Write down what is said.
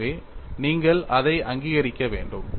எனவே நீங்கள் அதை அங்கீகரிக்க வேண்டும்